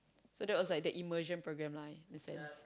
so that was like the immersion programme lah this say